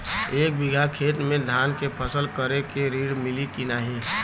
एक बिघा खेत मे धान के फसल करे के ऋण मिली की नाही?